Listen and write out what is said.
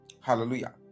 Hallelujah